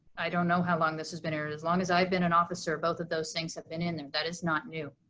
i don't know how long this has been in, as long as i've been an officer both of those things have been in there, that is not new.